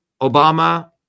Obama